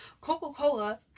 coca-cola